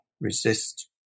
resist